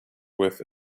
with